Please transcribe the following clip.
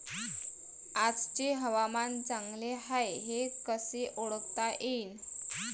आजचे हवामान चांगले हाये हे कसे ओळखता येईन?